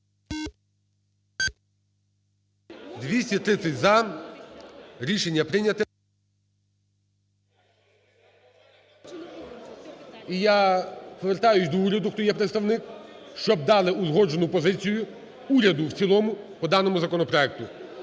За-230 Рішення прийнято. І я повертаюсь до уряду, хто є представник, щоб дали узгоджену позицію уряду в цілому по даному законопроекту.